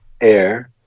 air